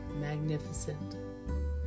magnificent